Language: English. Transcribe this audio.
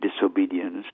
disobedience